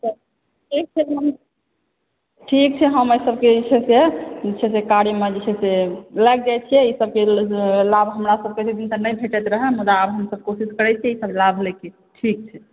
एक सकेंड हम ठीक छै हम एहिसभके जे छै से कार्यमे जे छै लागि जाइ छियै ईसभके लाभ हमरासभकेॅं जे एतेक दिनसे नहि भेटैत रहय ने मुदा आब हमसभ कोशिश करै छियै ईसभ लाभ लैकऽ ठीक छै